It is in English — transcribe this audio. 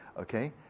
Okay